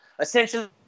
essentially